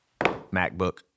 MacBook